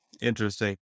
Interesting